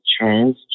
Trans